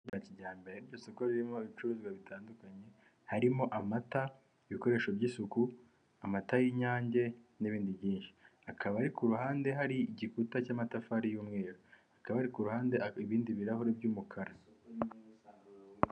Isoko ririmo ririmo ibicuruzwa bitandukanye, harimo amata ibikoresho by'isuku amata y'inyange n'ibindi byinshi akaba ari ku ruhande hari igikuta cy'amatafari y'umweru, akaba ari ku ruhande ibindi birahuri by'umukara.